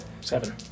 Seven